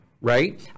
right